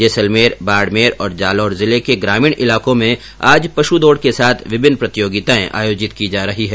जैसलमेर बाड़मेर और जालौर जिले के ग्रामीण इलाकों में आज पश्च दौड़ के साथ विभिन्न प्रतियोगिताएं आयोजित की जा रही है